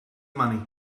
money